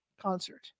concert